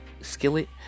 skillet